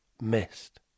missed